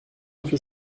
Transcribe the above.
ever